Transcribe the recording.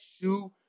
shoe